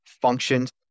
functions